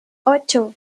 ocho